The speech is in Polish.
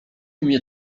mnie